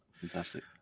fantastic